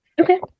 Okay